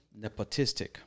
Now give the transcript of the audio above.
nepotistic